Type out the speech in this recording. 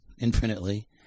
infinitely